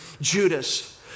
Judas